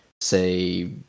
say